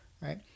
Right